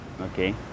okay